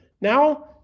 Now